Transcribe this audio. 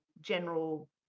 general